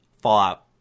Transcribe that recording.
Fallout